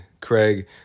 Craig